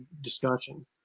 discussion